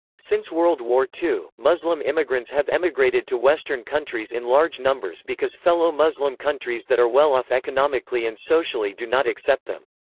since world war ii, muslim immigrants have emigrated to western countries in large numbers because fellow muslim countries that are well-off economically and socially do not accept them.